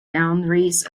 boundaries